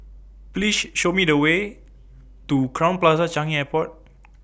Please Show Me The Way to Crowne Plaza Changi Airport